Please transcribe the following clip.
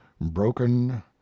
broken